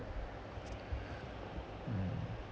mm